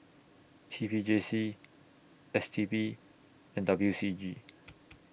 T P J C S T B and W C G